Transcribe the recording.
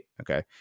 okay